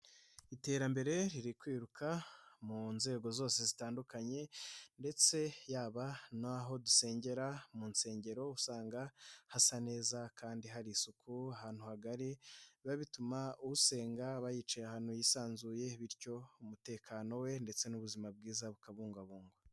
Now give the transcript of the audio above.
Iterambere riri kwiruka mu nzego zose zitandukanye ndetse yaba n'aho dusengera mu nsengero usanga hasa neza kandi hari isuku ahantu hagari biba bituma usenga bayicaye ahantu hisanzuye, bityo umutekano we ndetse n'ubuzima bwiza bukabungabungwa.